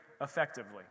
effectively